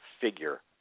figure